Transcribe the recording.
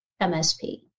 MSP